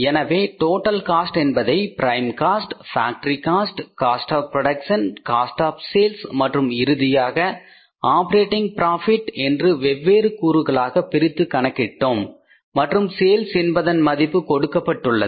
எனவே total cost என்பதை prime cost factory cost cost of production cost of sales மற்றும் இறுதியாக ஆப்பரேட்டிங் பிராபிட் என்று வெவ்வேறு கூறுகளாக பிரித்து கணக்கிட்டோம் மற்றும் சேல்ஸ் என்பதன் மதிப்பு கொடுக்கப்பட்டுள்ளது